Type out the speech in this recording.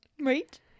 Right